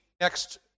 next